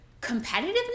competitiveness